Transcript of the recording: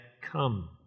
come